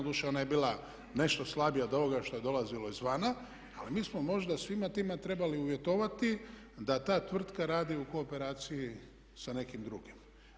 Doduše ona je bila nešto slabija od ovoga što je dolazilo izvana, ali mi smo možda svima tima trebali uvjetovati da ta tvrtka radi u kooperaciji sa nekim drugim.